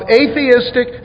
atheistic